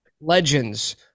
legends